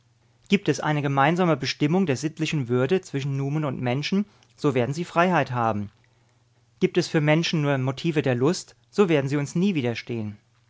gibt es eine gemeinsame bestimmung der sittlichen würde zwischen numen und menschen so werden sie freiheit haben gibt es für menschen nur motive der lust so werden sie uns nie widerstehen